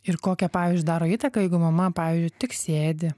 ir kokią pavyzdžiui daro įtaką jeigu mama pavyzdžiui tik sėdi